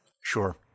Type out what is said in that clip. Sure